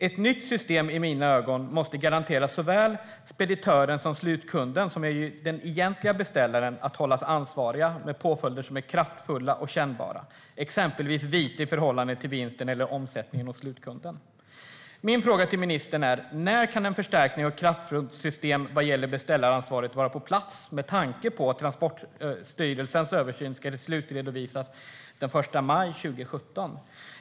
Ett nytt system måste i mina ögon garantera att såväl speditören som slutkunden, som är den egentliga beställaren, hålls ansvariga med påföljder som är kraftfulla och kännbara, exempelvis vite i förhållande till vinsten eller omsättningen hos slutkunden. Min fråga till ministern är, med tanke på att Transportstyrelsens översyn ska slutredovisas den 1 maj 2017: När kan en förstärkning och ett kraftfullt system vara på plats vad gäller beställaransvaret?